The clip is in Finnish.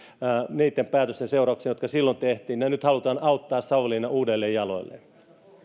niitten päätösten seurauksena jotka silloin tehtiin ja nyt halutaan auttaa savonlinna uudelleen jaloilleen